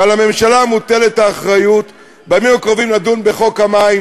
ועל הממשלה מוטלת האחריות לדון בימים הקרובים בחוק המים.